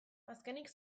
azkenik